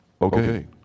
okay